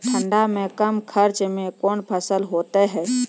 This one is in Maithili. ठंड मे कम खर्च मे कौन फसल होते हैं?